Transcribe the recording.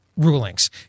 Rulings